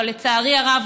אבל לצערי הרב,